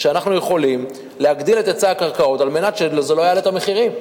ואנחנו יכולים להגדיל את היצע הקרקעות על מנת שזה לא יעלה את המחירים.